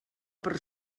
per